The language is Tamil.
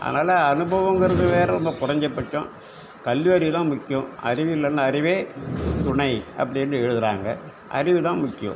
அதனால் அனுபவங்கறது வேறு ஒன்று குறஞ்சபட்சம் கல்வியறிவு தான் முக்கியம் அறிவு இல்லைன்னா அறிவே துணை அப்படின்னு எழுதுகிறாங்க அறிவு தான் முக்கியம்